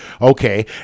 Okay